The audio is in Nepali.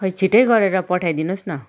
खै छिटै गरेर पठाइदिनुहोस् न